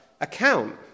account